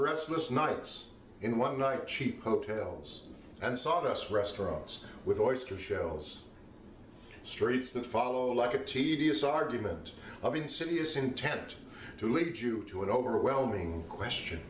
restless nights in one night cheap hotels and sawdust restaurants with oyster shells streets that follow like a tedious argument of insidious intent to lead you to an overwhelming question